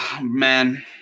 Man